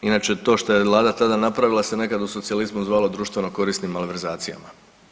Inače, to što je Vlada tada napravila se nekad u socijalizmu zvalo društveno korisnim malverzacijama.